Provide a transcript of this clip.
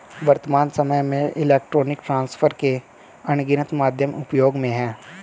वर्त्तमान सामय में इलेक्ट्रॉनिक ट्रांसफर के अनगिनत माध्यम उपयोग में हैं